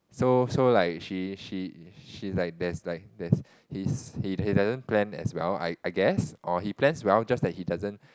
so so like she she she's like there's like there's he's he doesn't plan as well I I guess or he plans well just that he doesn't